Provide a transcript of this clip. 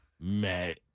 mad